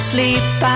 Sleep